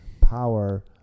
power